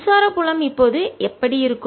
மின்சார புலம் இப்போது எப்படி இருக்கும்